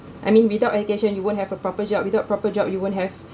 I mean without education you won't have a proper job without proper job you won't have